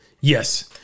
Yes